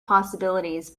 possibilities